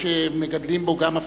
מגדלים בה גם,